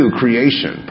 creation